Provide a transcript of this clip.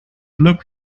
looked